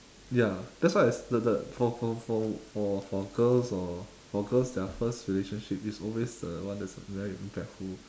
ya that's why I the the for for for for for girls or for girls their first relationship is always the one that is very impactful